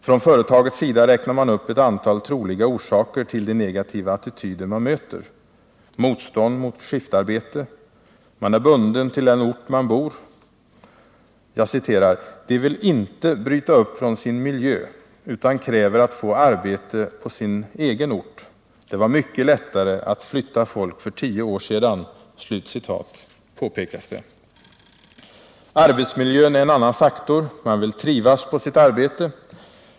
Från företagets sida räknar man upp ett antal troliga orsaker till de negativa attityder man möter: Man är bunden till den ort där man bor. ”De vill inte bryta upp från sin miljö, utan kräver att få arbete på sin egen ort. Det var mycket lättare att flytta folk för 10 år sedan,” påpekas det. Arbetsmiljön är en annan faktor. Man vill trivas på sitt arbete.